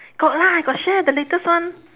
got lah got share the latest one